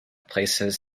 places